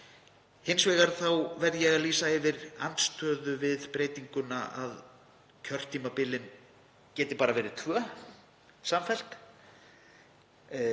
Hins vegar verð ég að lýsa yfir andstöðu við þá breytingu að kjörtímabilin geti bara verið tvö samfellt.